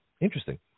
Interesting